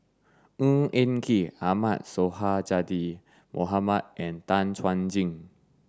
Ng Eng Kee Ahmad Sonhadji Mohamad and Tan Chuan Jin